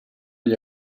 gli